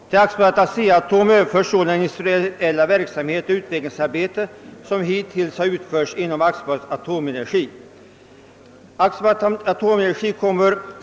Till Aktiebolaget ASEA-ATOM överförs således den industriella verksamhet och det utvecklingsarbete som hittills utförts inom AB Atomenergi.